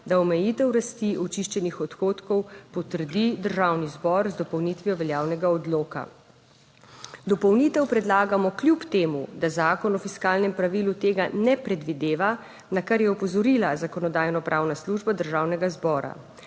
da omejitev rasti očiščenih odhodkov potrdi Državni zbor z dopolnitvijo veljavnega odloka. Dopolnitev predlagamo kljub temu, da Zakon o fiskalnem pravilu tega ne predvideva, na kar je opozorila Zakonodajno-pravna služba Državnega zbora.